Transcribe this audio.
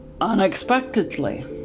unexpectedly